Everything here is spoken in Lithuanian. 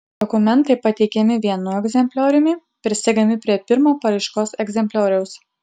dokumentai pateikiami vienu egzemplioriumi prisegami prie pirmo paraiškos egzemplioriaus